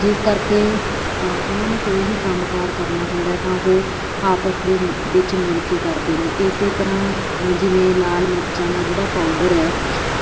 ਜਿਸ ਕਰਕੇ ਉਹਨਾਂ ਨੇ ਕੋਈ ਵੀ ਕੰਮ ਕਾਰ ਕਰਨਾ ਹੁੰਦਾ ਤਾਂ ਉਹ ਆਪਸ ਦੇ ਵਿੱਚ ਮਿਲ ਕੇ ਕਰਦੇ ਨੇ ਇਸੇ ਤਰ੍ਹਾਂ ਜਿਵੇਂ ਲਾਲ ਮਿਰਚਾਂ ਦਾ ਜਿਹੜਾ ਪਾਊਡਰ ਹੈ